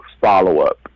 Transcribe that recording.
follow-up